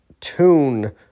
tune